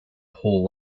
whole